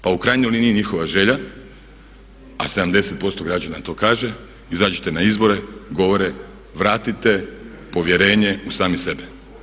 Pa u krajnjoj liniji njihova želja, a 70% građana to kaže, izađite na izbore, govore vratite povjerenje u same sebe.